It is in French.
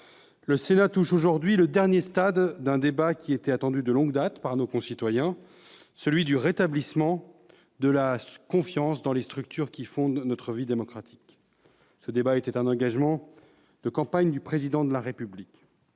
le Sénat parvient aujourd'hui au dernier stade d'un débat qui était attendu de longue date par nos concitoyens, celui qui concerne le rétablissement de la confiance dans les structures fondant notre vie démocratique. Ce débat était un engagement de campagne du Président de la République.